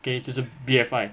K 这是 B_F_I